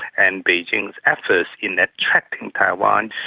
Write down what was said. and beijing's efforts in attracting taiwan,